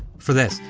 for this,